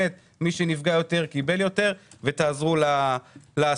מי שנפגע יותר קיבל יותר, ותעזרו לעסקים.